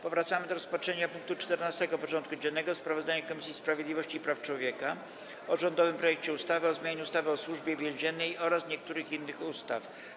Powracamy do rozpatrzenia punktu 14. porządku dziennego: Sprawozdanie Komisji Sprawiedliwości i Praw Człowieka o rządowym projekcie ustawy o zmianie ustawy o Służbie Więziennej oraz niektórych innych ustaw.